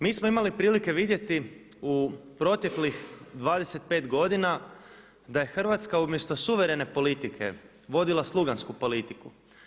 Mi smo imali prilike vidjeti u proteklih 25 godina da je Hrvatska umjesto suverene politike vodila slugansku politiku.